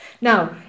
Now